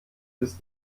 bis